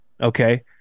Okay